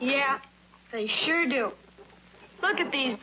yeah they sure do look at these